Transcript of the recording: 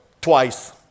twice